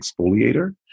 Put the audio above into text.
exfoliator